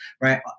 right